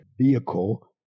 vehicle